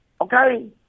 okay